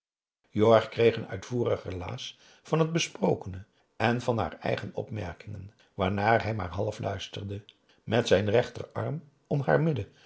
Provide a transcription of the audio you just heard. jorg kreeg een uitvoerig relaas van het besprokene en van haar eigen opmerkingen waarnaar hij maar half luisterde met zijn rechterarm om haar midden